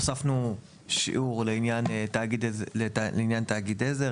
הוספנו שיעור לעניין תאגיד עזר,